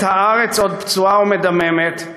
עת הארץ עוד פצועה ומדממת,